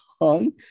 long